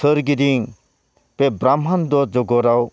सोरगिदिं बे ब्रह्मान्द' जगतआव